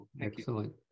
Excellent